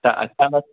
त असां बस